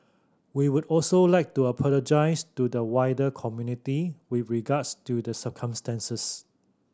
we would also like to apologise to the wider community with regards to the circumstances